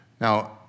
Now